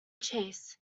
chase